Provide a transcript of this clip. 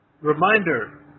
Reminder